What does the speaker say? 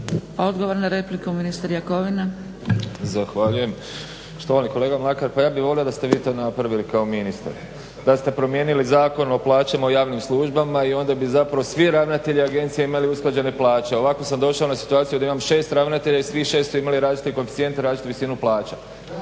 Odgovor na repliku, ministar Jakovina.